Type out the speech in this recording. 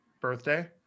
birthday